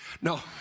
No